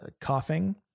coughing